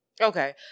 Okay